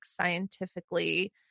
scientifically